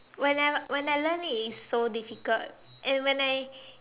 when I when I learnt it it's so difficult and when I